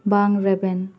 ᱵᱟᱝ ᱨᱮᱵᱮᱱ